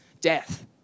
death